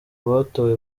batowe